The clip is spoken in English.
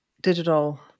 digital